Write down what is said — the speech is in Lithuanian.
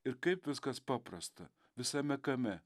ir kaip viskas paprasta visame kame